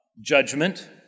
judgment